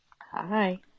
Hi